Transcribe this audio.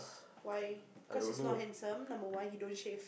why cause he is not handsome number one he don't shave